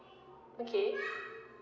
okay